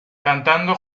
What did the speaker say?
cantando